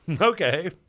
Okay